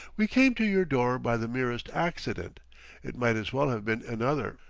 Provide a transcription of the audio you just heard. we came to your door by the merest accident it might as well have been another.